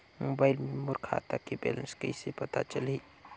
Mobile मे मोर खाता के बैलेंस कइसे पता चलही?